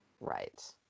Right